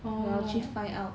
oh